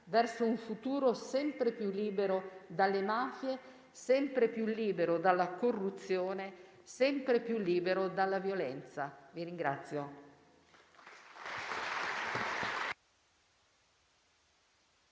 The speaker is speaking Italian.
verso un futuro sempre più libero dalle mafie, sempre più libero dalla corruzione, sempre più libero dalla violenza.